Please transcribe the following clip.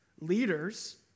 Leaders